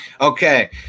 Okay